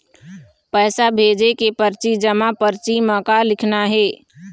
पैसा भेजे के परची जमा परची म का लिखना हे?